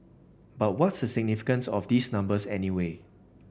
but what's the significance of these numbers anyway